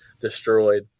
destroyed